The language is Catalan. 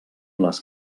les